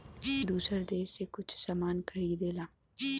दूसर देस से कुछ सामान खरीदेला